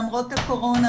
למרות הקורונה,